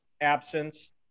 absence